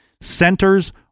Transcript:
centers